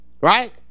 Right